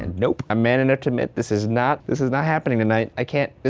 and nope, i'm man enough to admit this is not, this is not happening tonight, i can't.